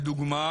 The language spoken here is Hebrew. כדוגמה